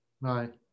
Right